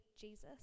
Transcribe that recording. Jesus